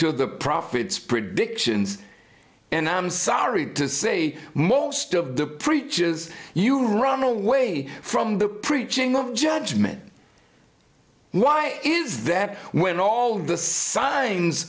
to the prophets predictions and i am sorry to say most of the preaches you run away from the preaching of judgement why is that when all the signs